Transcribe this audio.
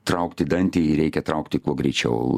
traukti dantį jį reikia traukti kuo greičiau